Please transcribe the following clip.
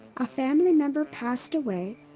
a family member passed away,